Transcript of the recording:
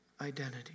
identity